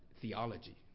theology